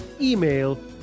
email